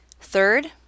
third